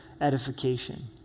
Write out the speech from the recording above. edification